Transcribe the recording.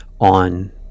on